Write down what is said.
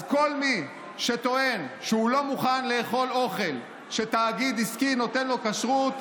אז כל מי שטוען שהוא לא מוכן לאכול אוכל שתאגיד עסקי נותן לו כשרות,